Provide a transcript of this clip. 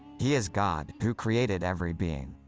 he is god who created every being.